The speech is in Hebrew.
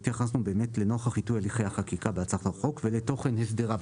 התייחסנו באמת לנוכח עיתוי הליכי החקיקה בהצעת החוק ולתוכן הסדריו.